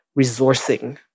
resourcing